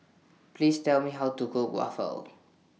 Please Tell Me How to Cook Waffle